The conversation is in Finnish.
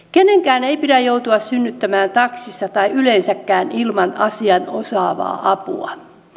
kenenkään ei pidä joutua synnyttämään taksissa tai yleensäkään ilman asianosaavaa apua